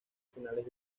finales